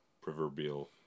proverbial